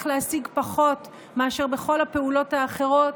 להשיג פחות מאשר בכל הפעולות האחרות,